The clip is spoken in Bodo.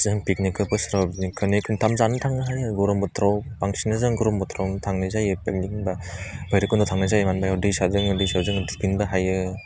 जों पिगनिकखौ बोसोराव बिदिनो खोन्नै खेबथाम जानो थाङो हायो गर'म बोथोराव बांसिनै जों गरम बोथोरावनो थांनाय जायो पिगनिक होनबा भैरबकुन्ध'आव थांनाय जायो मानि बेयाव दैसा दङ दैसायाव जोङो थुखैनोबो हायो